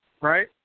right